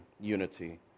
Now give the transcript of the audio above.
unity